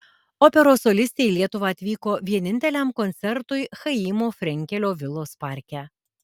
operos solistė į lietuvą atvyko vieninteliam koncertui chaimo frenkelio vilos parke